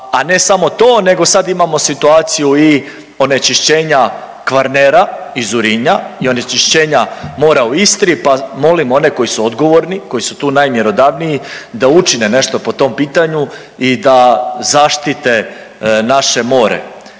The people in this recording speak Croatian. a ne samo to, nego sad imamo situaciju i onečišćenja Kvarnera iz Urinja i onečišćenja mora u Istri pa molim one koji su odgovorni, koji su tu najmjerodavniji da učine nešto po tom pitanju i da zaštite naše more.